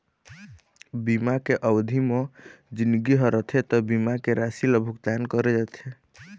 बीमा के अबधि म जिनगी ह रथे त बीमा के राशि ल भुगतान करे जाथे